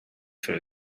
for